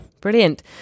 Brilliant